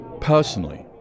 personally